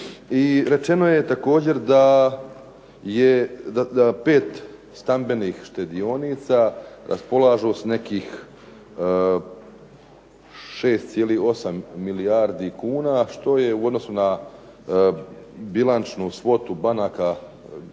rečeno je također da pet stambenih štedionica raspolažu s nekim 6,8 milijardi kuna što je u odnosu na bilančnu svotu banaka jedna